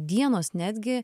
dienos netgi